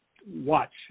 Watch